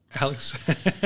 Alex